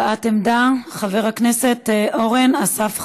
הבעת עמדה, חבר הכנסת אורן אסף חזן.